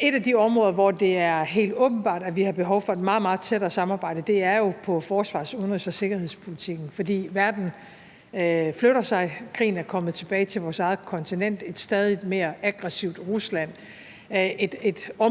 Et af de områder, hvor det er helt åbenbart, at vi har behov for et meget, meget tættere samarbejde, er jo forsvars-, udenrigs- og sikkerhedspolitikken. For verden flytter sig, krigen er kommet tilbage til vores eget kontinent. Et stadig mere aggressivt Rusland